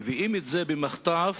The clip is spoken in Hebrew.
ומביאים את זה במחטף,